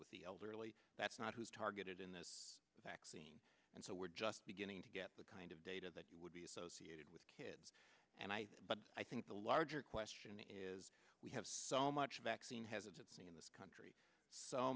with the elderly that's not who is targeted in this vaccine and so we're just beginning to get the kind of data that would be associated with kids and i but i think the larger question is we have so much vaccine has it's in this country so